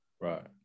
Right